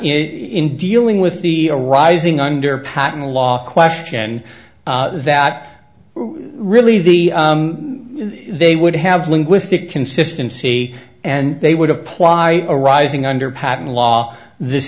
in dealing with the rising under patent law question that really the they would have linguistic consistency and they would apply arising under patent law this